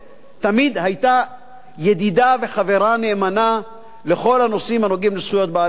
תמיד היתה ידידה וחברה נאמנה לכל הנושאים הנוגעים לזכויות בעלי-החיים.